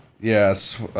Yes